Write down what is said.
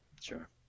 Sure